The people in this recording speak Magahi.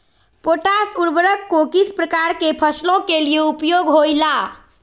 पोटास उर्वरक को किस प्रकार के फसलों के लिए उपयोग होईला?